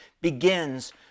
begins